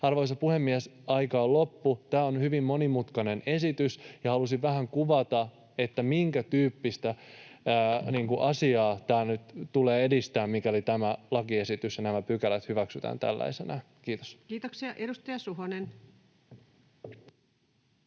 Arvoisa puhemies! Aika on loppu. Tämä on hyvin monimutkainen esitys, ja halusin vähän kuvata, minkätyyppistä asiaa tämä nyt tulee edistämään, mikäli tämä lakiesitys ja nämä pykälät hyväksytään tällaisinaan. — Kiitos. [Speech